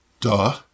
duh